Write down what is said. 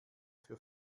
für